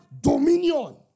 dominion